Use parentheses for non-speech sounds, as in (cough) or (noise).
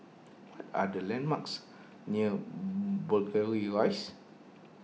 what are the landmarks near (unintelligible) Rise